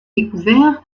découvert